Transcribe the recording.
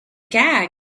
gag